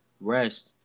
rest